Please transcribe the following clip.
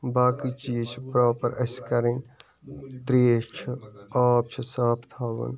باقٕے چیٖز چھِ پرٛاپر اسہِ کَرٕنۍ ترٛیٚش چھِ آب چھُ صاف تھاوُن